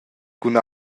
cun